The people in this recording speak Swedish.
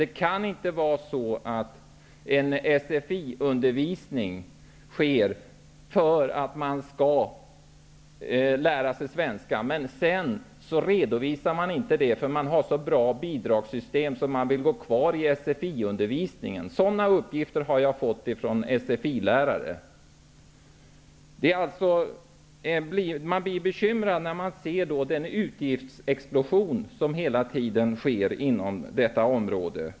Det får inte vara så att SFI-undervisning sker för att man skall lära sig svenska, men att man sedan inte redovisar att man lärt sig svenska för att bidragssystemet är så bra att man vill gå kvar i undervisningen. Uppgifter om att sådant förekommer har jag fått av SFI-lärare. Jag blir bekymrad när jag ser vilken utgiftsexplosion som hela tiden sker inom detta område.